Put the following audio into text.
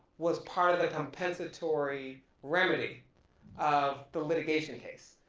was part of the compensatory remedy of the litigation case.